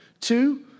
Two